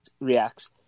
reacts